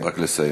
רק לסיים,